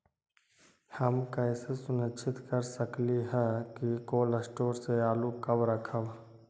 हम कैसे सुनिश्चित कर सकली ह कि कोल शटोर से आलू कब रखब?